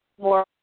more